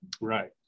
right